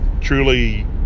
truly